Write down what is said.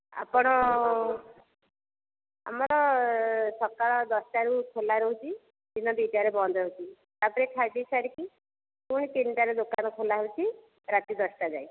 ଆପଣ ଆମର ସକାଳ ଦଶଟା ରୁ ଖୋଲା ରହୁଛି ଦିନ ଦୁଇଟାରେ ବନ୍ଦ ହେଉଛି ତାପରେ ଖାଇପିଇ ସାରିକି ପୁଣି ତିନଟାରେ ଦୋକାନ ଖୋଲା ହେଉଛି ରାତି ଦଶଟା ଯାଏଁ